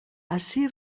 ací